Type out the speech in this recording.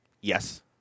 Yes